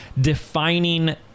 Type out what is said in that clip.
defining